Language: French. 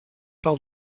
par